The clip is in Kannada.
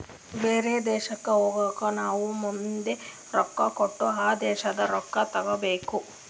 ಬೇರೆ ದೇಶಕ್ ಹೋಗಗ್ ನಾವ್ ನಮ್ದು ರೊಕ್ಕಾ ಕೊಟ್ಟು ಆ ದೇಶಾದು ರೊಕ್ಕಾ ತಗೋಬೇಕ್